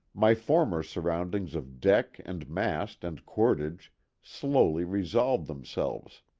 my former surroundings of deck and mast and cordage slowly resolved themselves.